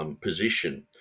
position